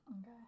Okay